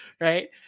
right